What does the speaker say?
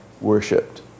worshipped